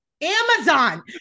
amazon